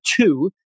two